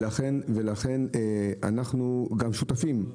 ולכן אנחנו גם שותפי.